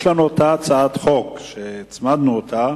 יש לנו אותה הצעת חוק שהצמדנו אותה,